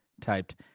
typed